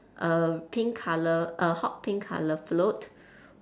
a pink colour a hot pink colour float